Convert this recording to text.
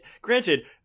granted